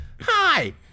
Hi